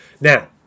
Now